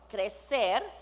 crecer